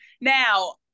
now